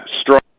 strong